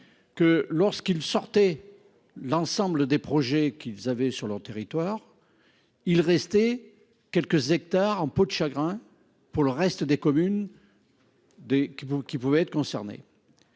Que lorsqu'il sortait l'ensemble des projets qu'ils avaient sur leur territoire. Il restait quelques hectares en peau de chagrin. Pour le reste des communes. Dès qui vous qui pouvaient être concernés.